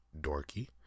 dorky